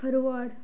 forward